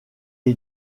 est